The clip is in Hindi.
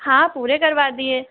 हाँ पूरे करवा दिऐ